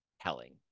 telling